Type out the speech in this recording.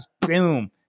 boom